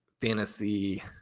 fantasy